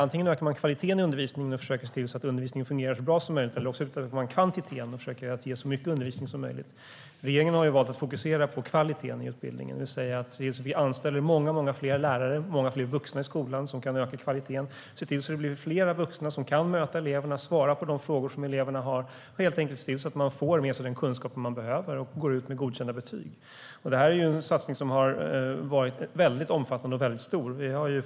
Antingen höjer man kvaliteten i undervisningen och försöker se till att den fungerar så bra som möjligt, eller också ökar man kvantiteten och försöker ge så mycket undervisning som möjligt. Regeringen har valt att fokusera på kvaliteten i utbildningen. Vi anställer många fler lärare, många fler vuxna i skolan så att kvaliteten kan höjas. Vi ser till att det blir fler vuxna som kan möta eleverna och svara på de frågor de har. Vi ser helt enkelt till att eleverna får med sig den kunskap de behöver och går ut med godkända betyg. Det här är en omfattande och stor satsning.